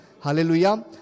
Hallelujah